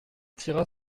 tira